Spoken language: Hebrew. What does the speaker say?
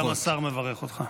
גם השר מברך אותך.